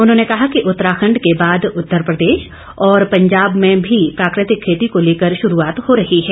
उन्होंने कहा कि उत्तराखंड के बाद उत्तरप्रदेश और पंजाब में भी प्राकृतिक खेती को लेकर शुरूआत हो रही है